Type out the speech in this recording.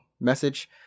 message